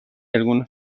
algunos